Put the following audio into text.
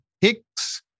Hicks